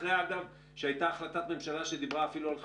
אחרי אגב שהייתה החלטת ממשלה שדיברה אפילו על 15,